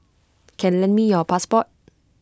can lend me your passport